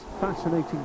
Fascinating